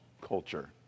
culture